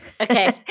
Okay